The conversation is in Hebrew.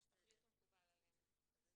מה שתחליטו מקובל עלינו.